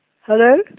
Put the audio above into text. Hello